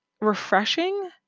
refreshing